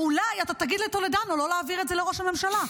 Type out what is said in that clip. או אולי אתה תגיד לטולדנו לא להעביר את זה לראש הממשלה,